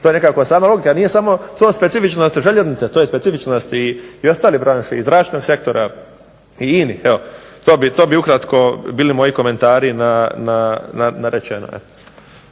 To je nekakva sad odluka, nije samo to specifično za željeznice, to je specifičnost i ostalih branši i zračnog sektora i inih. To bi ukratko bili moji komentari na rečeno.